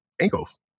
Ankles